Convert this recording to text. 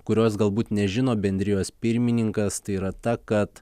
kurios galbūt nežino bendrijos pirmininkas tai yra ta kad